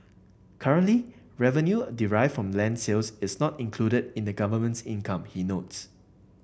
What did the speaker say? currently revenue derived from land sales is not included in the government's income he notes